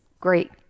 great